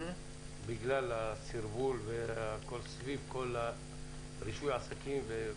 בגלל הסרבול סביב רישוי עסקים.